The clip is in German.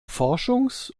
forschungs